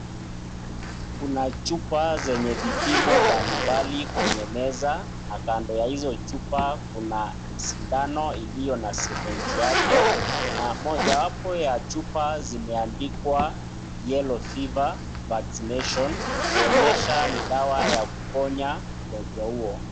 Kuna chupa zenye vipimo mbali mbali kwenye meza na kando hizo chupa kuna sindano iliyo na syringe yake. Moja wapo ya chupa zimeandikwa yellow fever vaccinatio kuonyesha ni dawa ya kuponya ugonjwa huo.